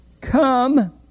come